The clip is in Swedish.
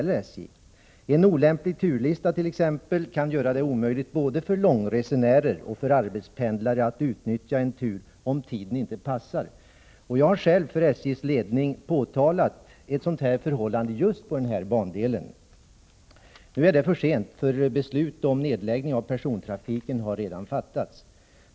En olämplig turlista kan t.ex. göra det omöjligt för både långresenärer och arbetspendlare att utnyttja en tur om tiden inte passar. Jag har själv för SJ:s ledning påtalat ett sådant förhållande på den här bandelen. Nu är detta emellertid för sent, för beslut om nedläggning av persontrafiken har redan fattats.